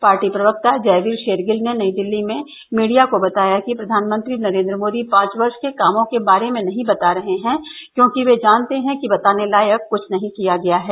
party प्रवक्ता जयवीर शेरगिल ने नई दिल्ली में मीडिया को बताया कि प्रधानमंत्री नरेन्द्र मोदी पांच वर्ष के कामों के बारे में नहीं बता रहे हैं क्योंकि वे जानते हैं कि बताने लायक क्छ नहीं किया गया है